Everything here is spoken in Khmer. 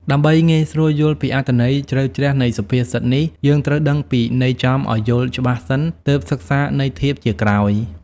ដើម្បីងាយស្រួលយល់ពីអត្ថន័យជ្រៅជ្រះនៃសុភាសិតនេះ យើងត្រូវដឹងពីន័យចំឱ្យយល់ច្បាស់សិន ទើបសិក្សាន័យធៀបជាក្រោយ។